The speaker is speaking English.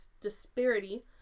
disparity